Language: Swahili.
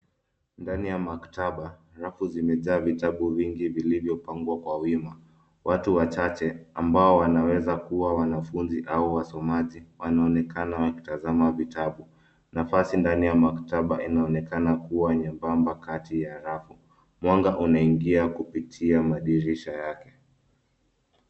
Ndani ya maktaba, rafu zimejaa vitabu vingi vilivyopangwa kwa wima. Watu wachache ambao wanaweza kuwa wanafunzi au wasomaji wanaonekana wakitazama vitabu. Nafasi ndani ya maktaba inaonekana kuwa nyebamba kati ya rafu. Mwanga unaingia kupitia madirisha yake.